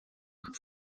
rouge